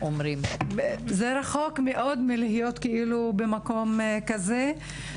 זה רחוק מאוד מלהיות במקום כזה.